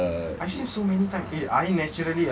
டேய் இந்த:deai inthe